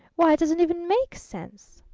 why, it doesn't even make sense!